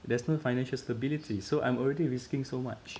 there's no financial stability so I'm already risking so much